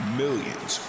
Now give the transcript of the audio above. millions